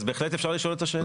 אז בהחלט אפשר לשאול אותה שאלה.